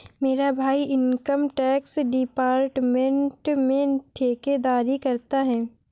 मेरा भाई income tax department में ठेकेदारी करता है